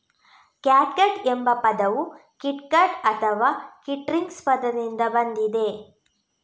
catgut ಎಂಬ ಪದವು kitgut ಅಥವಾ ಕಿಟ್ಸ್ಟ್ರಿಂಗ್ ಪದದಿಂದ ಬಂದಿದೆ